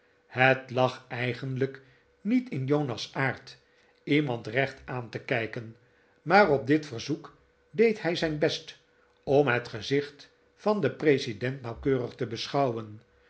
het lag eigenlijk niet in jonas aard iemand recht aan te kijken maar op dit verzoek deed hij zijn best om het gezicht van den president nauwkeurig te beschouwen